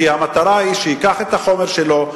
כי המטרה היא שהוא ייקח את החומר שלו,